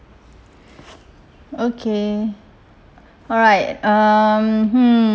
okay alright um hmm